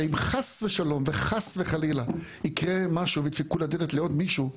שאם חס ושלום וחס וחלילה יקרה משהו וידפקו בדלת לעוד מישהו,